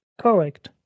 correct